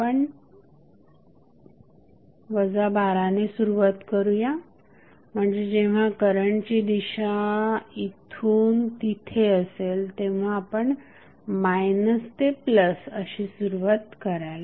आपण 12 ने सुरुवात करूया म्हणजे जेव्हा करंटची दिशा इथून तिथे असेल तेव्हा आपण मायनस ते प्लस अशी सुरुवात कराल